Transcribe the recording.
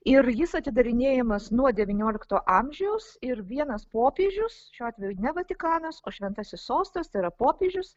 ir jis atidarinėjamas nuo devyniolikto amžiaus ir vienas popiežius šiuo atveju ne vatikanas o šventasis sostas tai yra popiežius